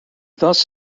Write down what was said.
thus